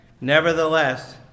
nevertheless